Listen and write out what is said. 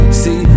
see